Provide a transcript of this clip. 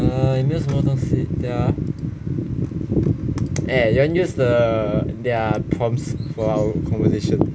mm 也没有什么东西等下啊 eh you want use the their prompts for our conversation